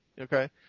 Okay